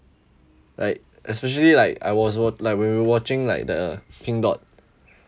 like especially like I was wat~ when we were watching like the pink dot